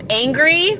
angry